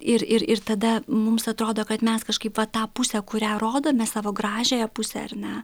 ir ir ir tada mums atrodo kad mes kažkaip va tą pusę kurią rodome savo gražiąją pusę ar ne